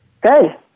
Good